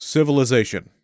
Civilization